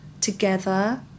together